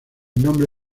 nombre